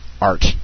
art